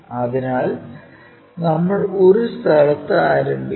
അതിനാൽ നമ്മൾ ഒരു സ്ഥലത്ത് ആരംഭിക്കുന്നു